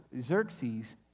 Xerxes